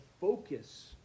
focus